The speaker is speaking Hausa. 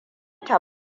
ta